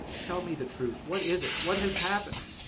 tell me the truth, what is it? what has happened?